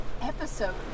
episode